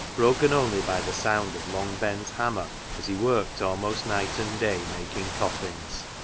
broken only by the sound of long ben's hammer as he worked almost night and day making coffins.